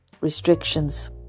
restrictions